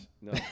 No